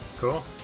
cool